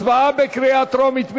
הצבעה בקריאה טרומית.